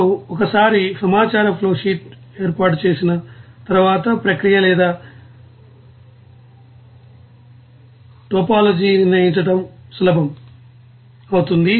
ఇప్పుడు ఒకసారి సమాచార ఫ్లోషీట్ ఏర్పాటు చేసిన తర్వాత ప్రక్రియ లేదా టోపోలాజీని నిర్ణయించడం సులభం అవుతుంది